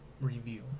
Review